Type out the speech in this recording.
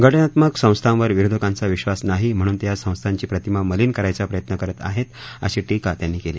घ जित्मक संस्थांवर विरोधकांचा विश्वास नाही म्हणून ते या संस्थांची प्रतिमा मलीन करायचा प्रयत्न करत आहेत अशी शिका त्यांनी केली